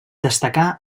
destacar